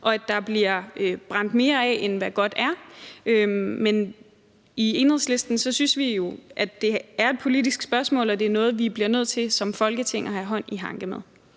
og at der bliver brændt mere af, end hvad godt er. Men i Enhedslisten synes vi jo, at det er et politisk spørgsmål, og at det er noget, vi som Folketing bliver nødt til at have hånd i hanke med.